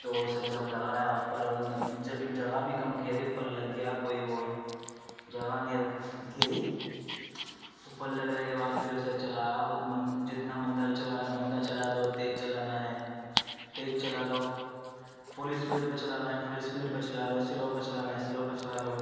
تو اسے جب لگایا اوپر ان جگہ بھی کم گھیری پر لگ گیا کوئی وہ جگہ نہیں گھیری اوپر لگنے کے بعد پھر اسے چلایا جتنا مندا چلانا ہے مندا چلا لو تیز چلانا ہے تیز چلا لو فل اسپیڈ پہ چلانا ہے فل اسپیڈ پہ چلا لو سلو پہ چلانا ہے سلو پہ چلا لو